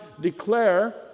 declare